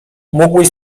mógłbyś